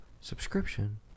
subscription